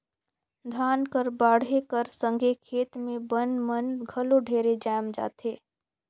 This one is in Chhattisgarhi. धान कर बाढ़े कर संघे खेत मे बन मन घलो ढेरे जाएम जाथे